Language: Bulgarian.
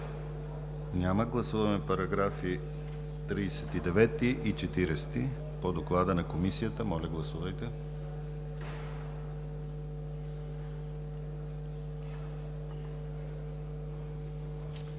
Няма. Гласуваме параграфи 39 и 40 по доклада на Комисията. Гласували